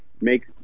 make